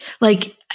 Like-